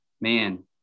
man